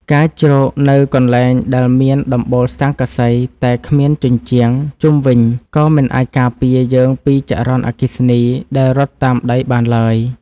ការជ្រកនៅកន្លែងដែលមានដំបូលស័ង្កសីតែគ្មានជញ្ជាំងជុំវិញក៏មិនអាចការពារយើងពីចរន្តអគ្គិសនីដែលរត់តាមដីបានឡើយ។